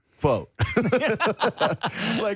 quote